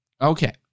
okay